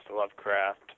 Lovecraft